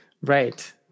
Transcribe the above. right